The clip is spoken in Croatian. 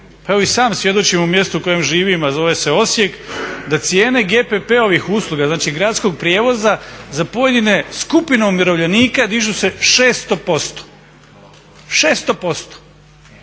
Evo i sam svjedočim u mjestu u kojem živim, a zove se Osijek da cijene GPP-ovim usluga, znači gradskog prijevoza za pojedine skupine umirovljenika dižu se 600%. E